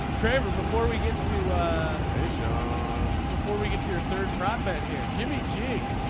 kramer before we get to asia um before we get to your third prospect here jimmy g.